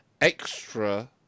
extra